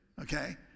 okay